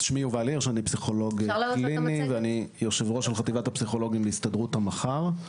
אז אני פסיכולוג קליני ויושב ראש של חטיבת הפסיכולוגים להסתדרות המח"ר.